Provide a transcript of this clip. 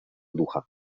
ducha